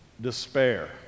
despair